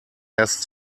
erst